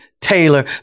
Taylor